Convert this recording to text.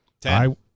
Ten